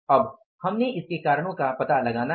अब हमने इसके कारणों का पता लगा लिया है